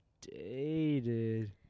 dated